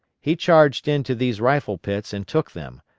he charged into these rifle-pits and took them,